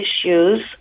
issues